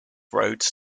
roads